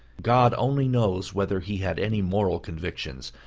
god only knows whether he had any moral convictions.